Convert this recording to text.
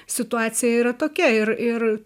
situacija yra tokia ir ir